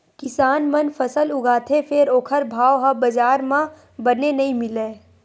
किसान मन फसल उगाथे फेर ओखर भाव ह बजार म बने नइ मिलय